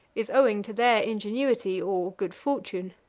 is owing to their ingenuity or good fortune.